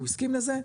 הוא הסכים לזה,